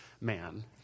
man